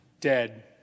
dead